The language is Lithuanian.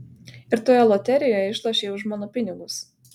ir toje loterijoje išlošei už mano pinigus